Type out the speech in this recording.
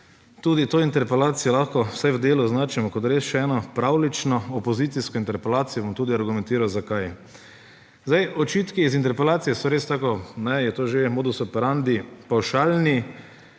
Tudi to interpelacijo lahko, vsaj v delu, označimo kot res še eno pravljično opozicijsko interpelacijo. Bom tudi argumentiral, zakaj. Očitki iz interpelacije so res, tako kot je to že modus operandi, pavšalni,